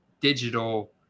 digital